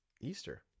Easter